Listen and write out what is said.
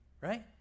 Right